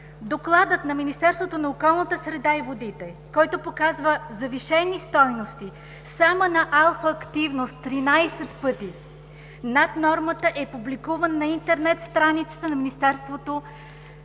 докладът на Министерството на околната среда и водите, който показа завишени стойности, само на алфа-активност 13 пъти над нормата, е публикуван на интернет страницата на Министерството